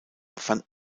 fand